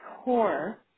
core